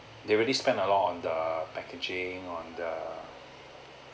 they really spend a lot on the packaging on the